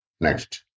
Next